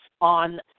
on